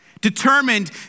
determined